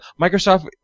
Microsoft